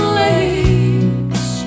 lakes